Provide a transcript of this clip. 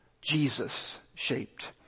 Jesus-shaped